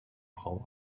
frau